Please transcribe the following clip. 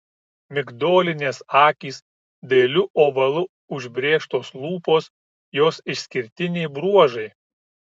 migdolinės akys dailiu ovalu užbrėžtos lūpos jos išskirtiniai bruožai